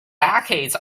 buckets